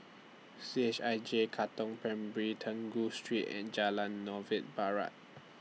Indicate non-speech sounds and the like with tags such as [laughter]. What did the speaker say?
C H I J Katong Primary [unintelligible] Street and Jalan Novena Barat